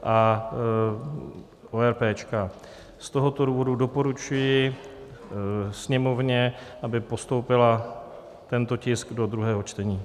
Z tohoto důvodu doporučuji Sněmovně, aby postoupila tento tisk do druhého čtení.